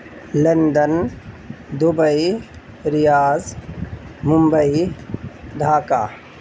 London Dubai Riyadh Mumbai Dhaka